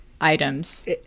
items